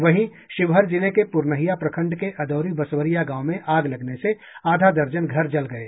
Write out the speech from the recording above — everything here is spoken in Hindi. वहीं शिवहर जिले के पुरनहिया प्रखंड के अदौरी बसवरिया गांव में आग लगने से आधा दर्जन घर जल गए